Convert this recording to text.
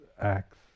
acts